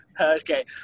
Okay